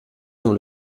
dans